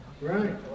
Right